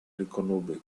riconobbe